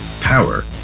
power